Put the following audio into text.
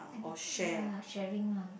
sharing lah